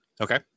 okay